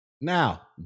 Now